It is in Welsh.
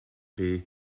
chi